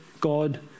God